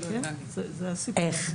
איך?